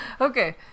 Okay